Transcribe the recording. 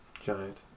Giant